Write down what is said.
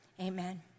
Amen